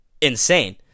insane